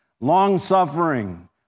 long-suffering